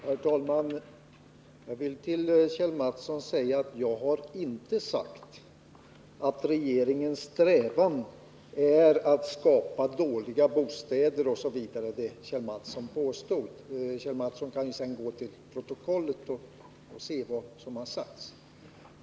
Herr talman! Jag vill till Kjell Mattsson säga att jag inte har sagt att regeringens strävan är att skapa dåliga bostäder osv. som han påstod. Kjell Mattsson kan senare gå till protokollet och se efter vad som har sagts.